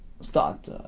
start